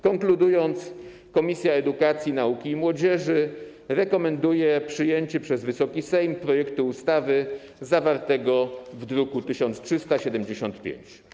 Konkludując, Komisja Edukacji, Nauki i Młodzieży rekomenduje przyjęcie przez Wysoki Sejm projektu ustawy zawartego w druku nr 1375.